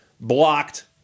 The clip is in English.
blocked